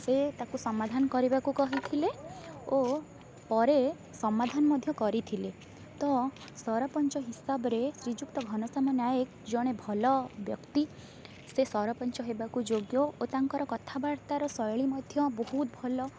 ସେ ତାକୁ ସମାଧାନ କରିବାକୁ କହିଥିଲେ ଓ ପରେ ସମାଧାନ ମଧ୍ୟ କରିଥିଲେ ତ ସରପଞ୍ଚ ହିସାବରେ ଶ୍ରୀଯୁକ୍ତ ଘନଶ୍ୟାମ ନାୟକ ଜଣେ ଭଲ ବ୍ୟକ୍ତି ସେ ସରପଞ୍ଚ ହେବାକୁ ଯୋଗ୍ୟ ଓ ତାଙ୍କର କଥାବାର୍ତ୍ତାର ଶୈଳୀ ମଧ୍ୟ ବହୁତ ଭଲ